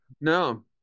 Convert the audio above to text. No